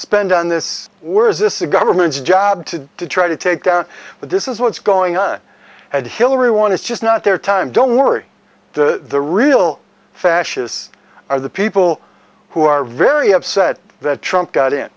spend on this were is this the government's job to try to take down but this is what's going on and hillary one is just not there time don't worry the real fascists are the people who are very upset that trump got in